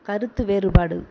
கருத்து வேறுபாடு